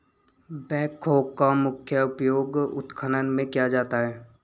backhoe का मुख्य उपयोग उत्खनन में किया जाता है